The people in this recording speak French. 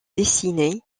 dessinée